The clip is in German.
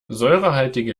säurehaltige